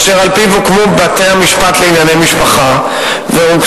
אשר על-פיו הוקמו בתי-המשפט לענייני משפחה ורוכזו